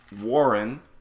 Warren